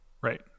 Right